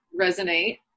resonate